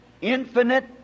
infinite